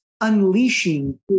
unleashing